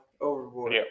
overboard